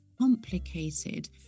complicated